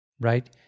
right